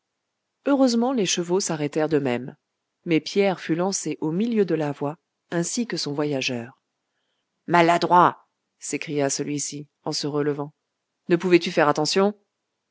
heureusement les chevaux s'arrêtèrent d'eux-mêmes mais pierre fut lancé au milieu de la voie ainsi que son voyageur maladroit s'écria celui-ci en sa relevant ne pouvais tu faire attention